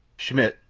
schmidt,